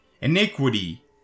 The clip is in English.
iniquity